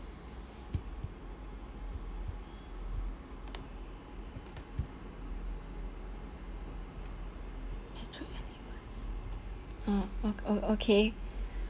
mm oh oh okay